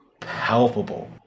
palpable